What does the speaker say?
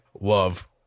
love